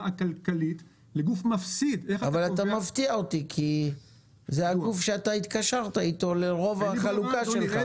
אתה מפתיע אותי כי זה הגוף שאתה התקשרת אתו לרוב החלוקה שלך.